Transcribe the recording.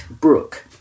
brook